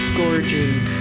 gorges